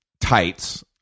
tights